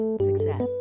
Success